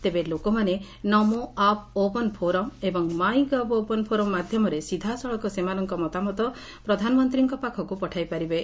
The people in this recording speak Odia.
ତେବେ ଲୋକମାନେ ନମୋ ଆପ୍ ଓପନ୍ ଫୋରମ୍ ଏବଂ ମାଇଁ ଗଭ୍ ଓପନ୍ ଫୋରମ୍ ମାଧ୍ଧମରେ ସିଧାସଳଖ ସେମାନଙ୍କ ମତାମତ ପ୍ରଧାନମନ୍ତୀଙ୍କ ପାଖକୁ ପଠାଇପାରିବେ